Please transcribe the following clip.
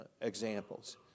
examples